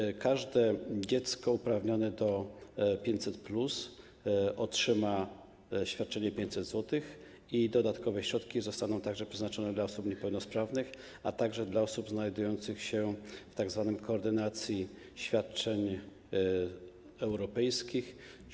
czyli każde dziecko uprawnione do 500+ otrzyma świadczenie w wysokości 500 zł, przy czym dodatkowe środki zostaną także przeznaczone dla osób niepełnosprawnych, a także dla osób znajdujących się w tzw. koordynacji świadczeń europejskich.